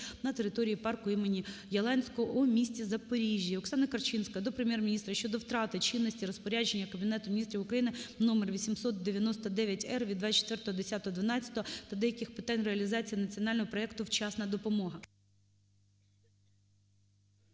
на території парку імені Яланського у місті Запоріжжі. Оксани Корчинської до Прем'єр-міністра щодо втрати чинності розпорядження Кабінету міністрів України №899-р від 24.10.2012 р. та деяких питань реалізації національного проекту "Вчасна допомога".